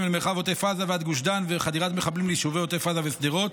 אל מרחב עוטף עזה ועד גוש דן וחדירת מחבלים ליישובי עוטף עזה ושדרות.